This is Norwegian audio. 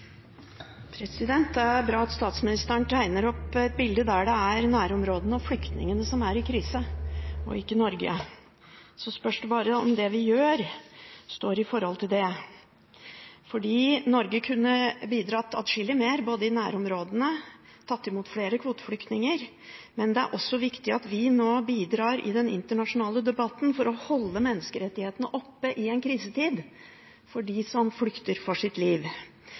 Det er bra at statsministeren tegner opp et bilde der det er nærområdene og flyktningene som er i krise, og ikke Norge. Så spørs det bare om det vi gjør, står i forhold til det. Norge kunne bidratt atskillig mer, både i nærområdene og ved å ta imot flere kvoteflyktninger, men det er også viktig at vi nå bidrar i den internasjonale debatten for å holde menneskerettighetene oppe i en krisetid for dem som flykter for sitt liv.